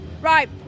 Right